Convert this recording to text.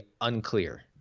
unclear